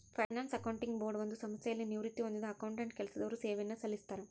finance accounting board ಒಂದು ಸಂಸ್ಥೆಯಲ್ಲಿ ನಿವೃತ್ತಿ ಹೊಂದಿದ್ದ ಅಕೌಂಟೆಂಟ್ ಕೆಲಸದವರು ಸೇವೆಯನ್ನು ಸಲ್ಲಿಸ್ತರ